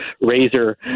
Razor